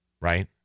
right